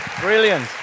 Brilliant